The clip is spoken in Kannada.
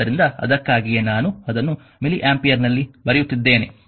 ಆದ್ದರಿಂದ ಅದಕ್ಕಾಗಿಯೇ ನಾನು ಅದನ್ನು ಮಿಲಿ ಆಂಪಿಯರ್ ಬರೆಯುತ್ತಿದ್ದೇನೆ